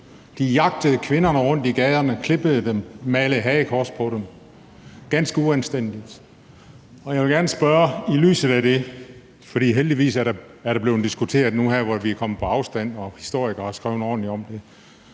De jagtede kvinderne rundt i gaderne, klippede dem og malede hagekors på dem. Det var ganske uanstændigt. Jeg vil gerne spørge om noget i lyset af det. Heldigvis har vi diskuteret det nu, hvor det er kommet på afstand, og historikere har skrevet ordentligt om det.